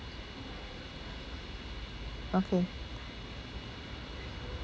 okay